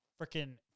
freaking